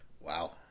Wow